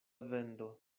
vendo